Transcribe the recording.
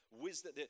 wisdom